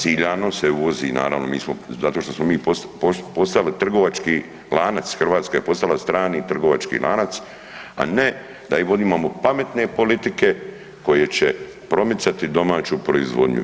Ciljano se uvozi naravno mi smo, zato što smo mi postali trgovački lanac, Hrvatska je postala strani trgovački lanac, a ne da vodimo pametne politike koje će promicati domaću proizvodnju.